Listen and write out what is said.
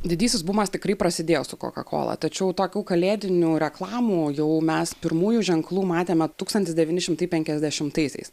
didysis bumas tikrai prasidėjo su koka kola tačiau tokių kalėdinių reklamų jau mes pirmųjų ženklų matėme tūkstantis devyni šimtai penkiasdešimtaisiais